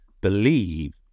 believe